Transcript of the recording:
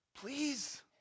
Please